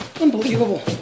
Unbelievable